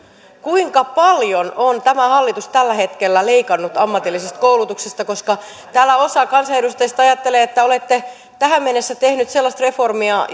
kuinka paljon tämä hallitus on tällä hetkellä leikannut ammatillisesta koulutuksesta täällä osa kansanedustajista ajattelee että olette tähän mennessä tehneet sellaista reformia